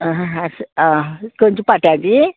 आं आ खंयची पाट्याची